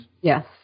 Yes